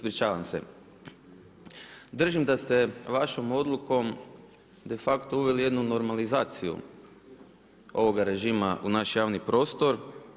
Pa držim da ste vašom odlukom de facto uveli jednu normalizaciju ovoga režima u naš javni prostor.